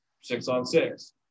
six-on-six